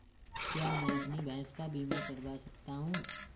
क्या मैं अपनी भैंस का बीमा करवा सकता हूँ?